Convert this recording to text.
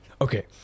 Okay